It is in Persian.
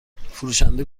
فروشنده